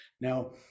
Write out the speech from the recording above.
Now